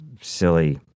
silly